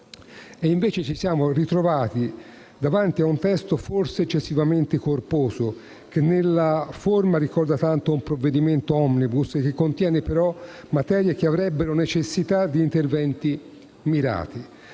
invece ci siamo ritrovati davanti a un testo forse eccessivamente corposo, che nella forma ricorda tanto un provvedimento *omnibus* e che contiene però materie che avrebbero necessità di interventi mirati.